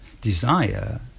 desire